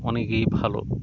অনেকেই ভালো